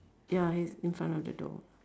ya he's in front of the door